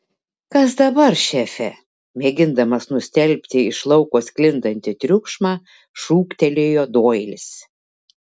kas dabar šefe mėgindamas nustelbti iš lauko sklindantį triukšmą šūktelėjo doilis